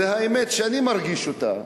זו האמת שאני מרגיש אותה,